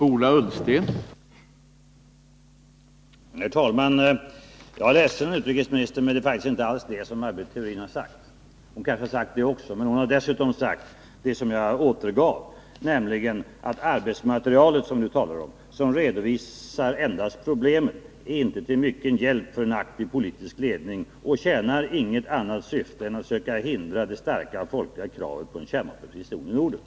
Herr talman! Jag är ledsen, herr utrikesminister, men det är faktiskt inte alls det som Maj Britt Theorin har sagt i första hand. Hon kanske har sagt det också, men hon har i så fall dessutom sagt det som jag återgav, nämligen att arbetsmaterialet som vi nu talar om, ”som redovisar endast problemen, inte är till mycken hjälp för en aktiv politisk ledning och inte tjänar något annat syfte än att söka hindra det starka folkliga kravet på en kärnvapenfri zon i Norden”.